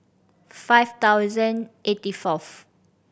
five thousand eighty fourth